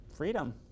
Freedom